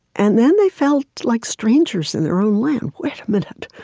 and then they felt like strangers in their own land. wait a minute.